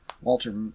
Walter